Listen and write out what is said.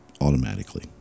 automatically